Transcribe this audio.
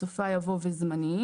בסופה יבוא "וזמניים".